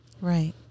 Right